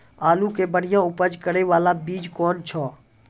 आलू के बढ़िया उपज करे बाला बीज कौन छ?